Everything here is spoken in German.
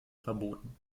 verboten